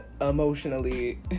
emotionally